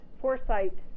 foresight